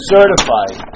Certified